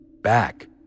back